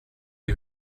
die